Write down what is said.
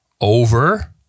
over